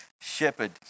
Shepherd